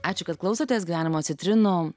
ačiū kad klausotės gyvenimo citrinom